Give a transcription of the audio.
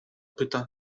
pyta